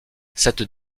cette